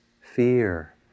fear